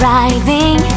Driving